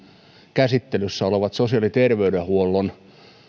käsittelyssä olevat sosiaali ja terveydenhuollon